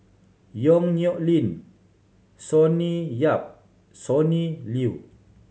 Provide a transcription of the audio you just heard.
Yong Nyuk Lin Sonny Yap Sonny Liew